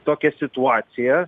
tokią situaciją